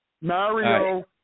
Mario